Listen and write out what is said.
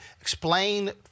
Explain